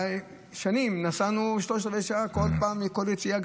שנים נסענו שלושת רבעי שעה כל פעם מכל יציאה,